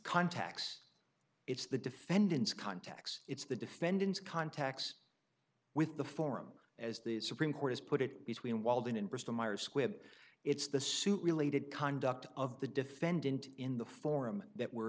contacts it's the defendant's contacts it's the defendant's contacts with the forum as the supreme court has put it between walden and bristol myers squibb it's the suit related conduct of the defendant in the forum that we're